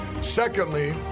Secondly